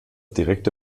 direkte